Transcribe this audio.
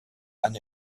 ein